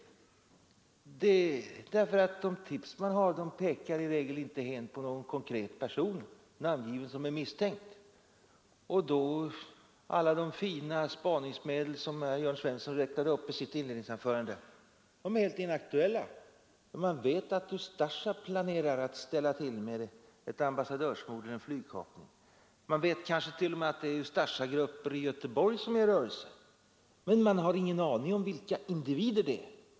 De tips man får pekar i regel inte konkret hän på någon namngiven misstänkt person. Alla de fina spaningshjälpmedel som herr Jörn Svensson räknade upp i sitt inledningsanförande är då helt inaktuella. Man vet att Ustasja planerar att ställa till med ett ambassadörsmord eller en flygplanskapning, man vet kanske t.o.m. att det är Ustasja-grupper i Göteborg, som är i rörelse, men man har ingen aning om vilka individer det är.